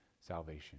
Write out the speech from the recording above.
salvation